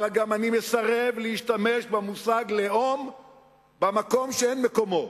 אבל אני גם מסרב להשתמש במושג לאום במקום שאין מקומו.